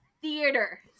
theater